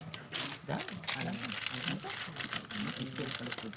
קודם כל תודה, ואני מברכת על הדיון החשוב